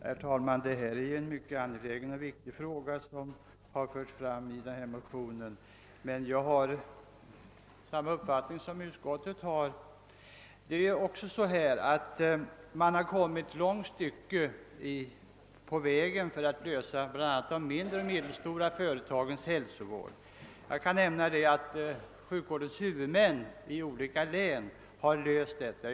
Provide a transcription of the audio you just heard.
Herr talman! Det är en mycket viktig och angelägen sak som förs fram i denna motion. Jag har emellertid samma uppfattning som utskottet. Man har kommit ett långt stycke på vägen för att lösa frågan om bl.a. de mindre och medelstora företagens hälsovård. Jag kan nämna att sjukvårdshuvudmän i olika län har gjort detta.